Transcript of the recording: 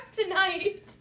tonight